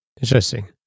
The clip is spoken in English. Interesting